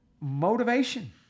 Motivation